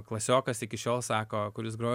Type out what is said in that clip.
klasiokas iki šiol sako kuris grojo